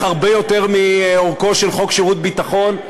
הרבה יותר מאורכו של חוק שירות ביטחון,